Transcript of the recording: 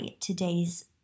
today's